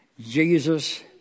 Jesus